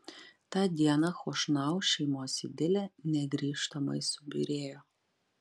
tą dieną chošnau šeimos idilė negrįžtamai subyrėjo